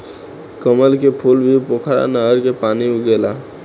कमल के फूल भी पोखरा नहर के पानी में उगेला